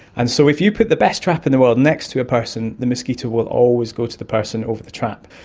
and so if you put the best trap in the world next to a person, the mosquito will always go to the person over the trap.